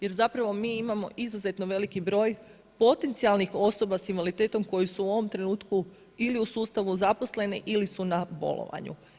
Jer zapravo mi imamo izuzetno veliki broj potencijalnih osoba sa invaliditetom koji su u ovom trenutku ili u sustavu zaposleni ili su na bolovanju.